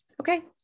okay